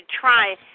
try